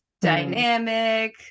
dynamic